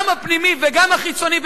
גם הפנימי וגם החיצוני,